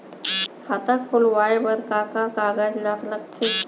खाता खोलवाये बर का का कागज ल लगथे?